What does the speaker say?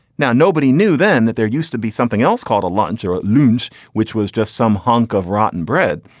now nobody knew then that there used to be something else called a lunch or lose which was just some hunk of rotten bread.